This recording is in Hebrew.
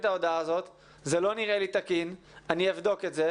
ההודעה הזאת וזה לא נראה לך תקין ותבדקי את זה.